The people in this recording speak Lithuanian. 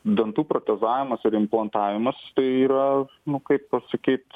dantų protezavimas ir implantavimas tai yra nu kaip pasakyt